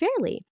fairly